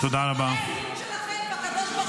אני לא שותפה בסידור שלכם עם הקדוש ברוך הוא,